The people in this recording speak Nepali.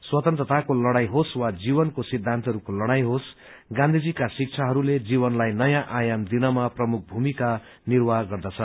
स्वतन्त्रताको लड़ाई होस् वा जीवनको सिद्धान्तहरूको लड़ाई होस् गाँथीजीका शिक्षाहस्ले जीवनलाई नयाँ आयाम दिनमा प्रमुख भूमिका निर्वाह गर्दछ